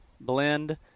blend